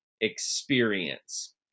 experience